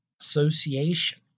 Association